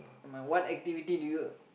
nevermind what activity do you